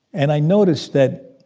and i noticed that